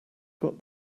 got